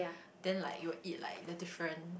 then like you will eat like the different